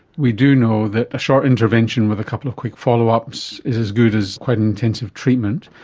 we do know that a short intervention with a couple of quick follow-ups is as good as quite intensive treatment.